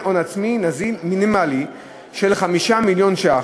הון עצמי נזיל מינימלי של 5 מיליון ש"ח,